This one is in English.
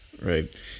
Right